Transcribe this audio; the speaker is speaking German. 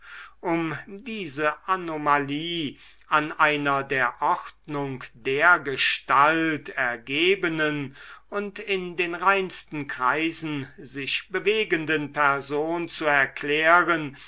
um diese anomalie an einer der ordnung dergestalt ergebenen und in den reinsten kreisen sich bewegenden person zu erklären